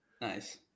nice